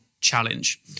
challenge